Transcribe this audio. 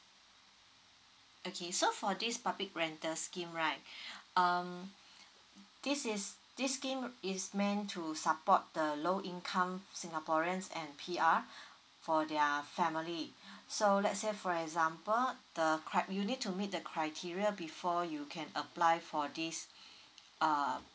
okay so for this public rental scheme right um this is this scheme is meant to support the low income singaporeans and P_R for their family so let's say for example the crib~ you need to meet the criteria before you can apply for this err